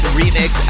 remix